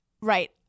Right